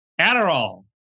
Adderall